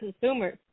consumers